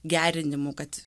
gerinimu kad